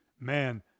Man